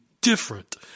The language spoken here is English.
different